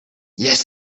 yes